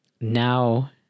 now